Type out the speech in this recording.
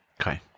Okay